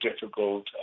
difficult